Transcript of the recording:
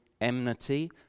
enmity